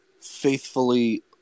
faithfully